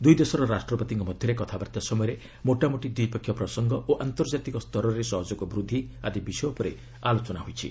ଦୁଇ ଦେଶର ରାଷ୍ଟ୍ରପତିଙ୍କ ମଧ୍ୟରେ କଥାବାର୍ତ୍ତା ସମୟରେ ମୋଟାମୋଟି ଦ୍ୱିପକ୍ଷୀୟ ପ୍ରସଙ୍ଗ ଓ ଆନ୍ତର୍ଜାତିକ ସ୍ତରରେ ସହଯୋଗ ବୃଦ୍ଧି ଆଦି ବିଷୟ ଉପରେ ଆଲୋଚନା ହୋଇଛି